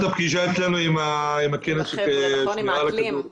עת עסקנו